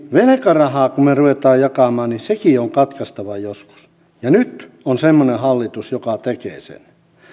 velkarahaa kun me rupeamme jakamaan niin sekin on katkaistava joskus ja nyt on semmoinen hallitus joka tekee sen